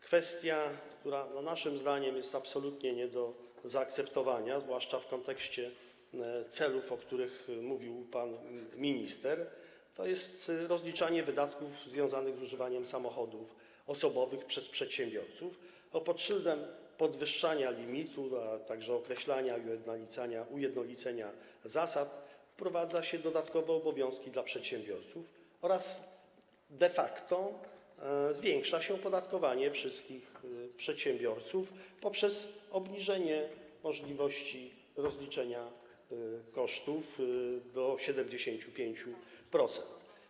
Kwestią, która naszym zdaniem jest absolutnie nie do zaakceptowania, zwłaszcza w kontekście celów, o których mówił pan minister, jest rozliczanie wydatków związanych z używaniem samochodów osobowych przez przedsiębiorców, bo pod szyldem podwyższania limitu, a także określenia i ujednolicenia zasad wprowadza się dodatkowe obowiązki dla przedsiębiorców oraz de facto zwiększa się opodatkowanie wszystkich przedsiębiorców poprzez obniżenie możliwości rozliczenia kosztów do 75%.